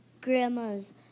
grandma's